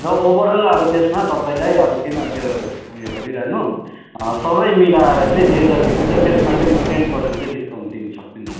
र ओभरअल अब त्यसमा तपाईँलाई अब किन त्यो उयो गरिरहनु सबै मिलाएर चाहिँ जे जति हुन्छ त्यसमा चाहिँ म टेन पर्सेन्ट चाहिँ म डिस्काउन्ट दिनसक्छु नि